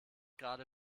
gerade